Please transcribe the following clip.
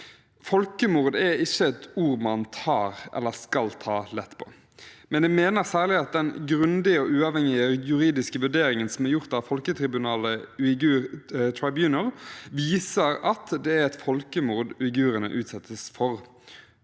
Folkemord er ikke et ord man skal ta lett på, men jeg mener særlig at den grundige og uavhengige juridiske vurderingen som er gjort av folketribunalet Uyghur Tribunal, viser at det er et folkemord uigurene utsettes for,